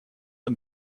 and